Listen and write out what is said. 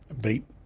beat